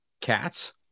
cats